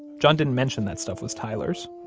john didn't mention that stuff was tyler's